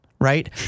right